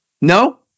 No